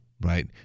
right